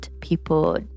people